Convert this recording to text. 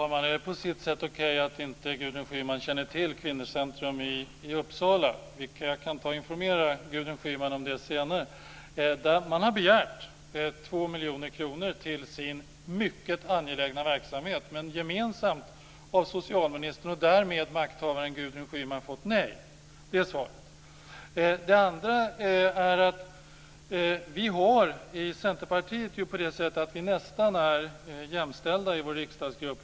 Fru talman! Det är på sitt sätt okej att Gudrun Schyman inte känner till Kvinnocentrum i Uppsala. Jag kan informera Gudrun Schyman om det senare. Man har begärt 2 miljoner kronor till sin mycket angelägna verksamhet, men har fått nej av socialministern och därmed av makthavaren Gudrun Schyman. Det är svaret. Vi är i Centerpartiet nästan jämställda i vår riksdagsgrupp.